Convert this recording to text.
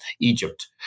Egypt